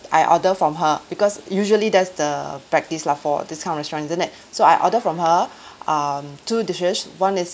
I order from her because usually that's the practice lah for this kind of restaurant isn't it so I order from her um two dishes one is